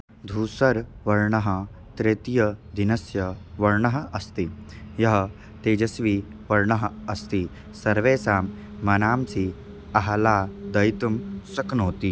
धूसरवर्णः तृतीयदिनस्य वर्णः अस्ति यः तेजस्वी वर्णः अस्ति सर्वेषां मनांसि आह्लादयितुं शक्नोति